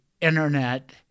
internet